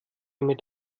mit